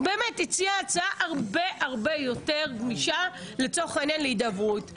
והוא הציע הצעה הרבה-הרבה יותר גמישה להידברות,